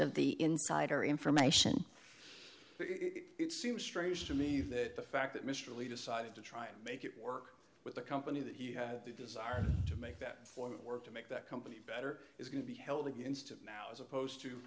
of the insider information it seems strange to me that the fact that mr lee decided to try and make it work with the company that he had the desire to make that form of work to make that company better is going to be held against it now as opposed to